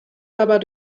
dabei